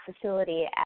facility